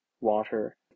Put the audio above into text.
water